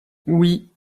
oui